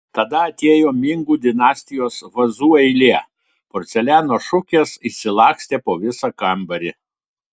tada atėjo mingų dinastijos vazų eilė porceliano šukės išsilakstė po visą kambarį